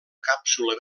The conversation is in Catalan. càpsula